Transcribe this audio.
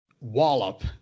wallop